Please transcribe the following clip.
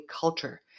culture